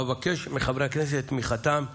ואבקש מחברי הכנסת את תמיכתם בהצעה.